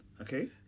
okay